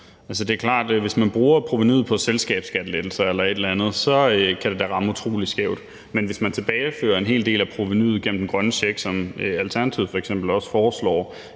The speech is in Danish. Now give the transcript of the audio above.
hvis man bruger provenuet på selskabsskattelettelser eller et eller andet, så kan ramme utrolig skævt, men hvis man tilbagefører en hel del af provenuet gennem den grønne check, som Alternativet f.eks.